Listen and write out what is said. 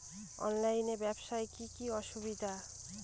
অনলাইনে ব্যবসার কি কি অসুবিধা?